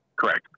Correct